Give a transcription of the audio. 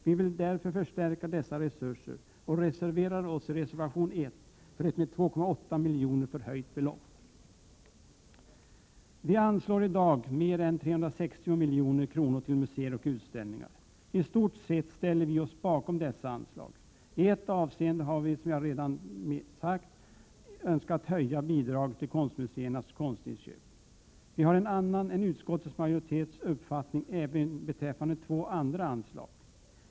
Vi vill därför förstärka dessa resurser och reservera oss i reservation 1 för ett med 2,8 milj.kr. förhöjt belopp. Riksdagen anslår i dag mer än 360 milj.kr. till museer och utställningar. Vi ställer oss i stort sett bakom dessa anslag. I ett avseende har vi, som jag sagt, önskat höja bidraget till konstmuseernas konstinköp. Vi har en annan uppfattning än utskottets majoritet även beträffande två andra anslag.